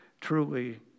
truly